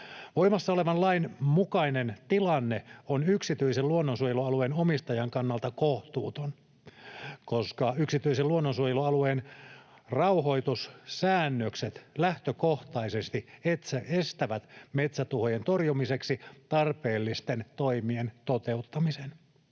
Voimassa olevan lain mukainen tilanne on yksityisen luonnonsuojelualueen omistajan kannalta kohtuuton, koska yksityisen luonnonsuojelualueen rauhoitussäännökset lähtökohtaisesti estävät metsätuhojen torjumiseksi tarpeellisten toimien toteuttamisen.